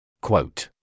Quote